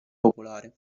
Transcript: popolare